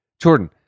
Jordan